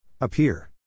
Appear